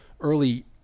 early